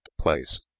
place